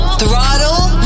throttle